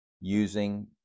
using